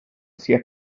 sia